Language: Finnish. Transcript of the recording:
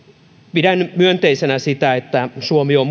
pidän myönteisenä sitä että suomi on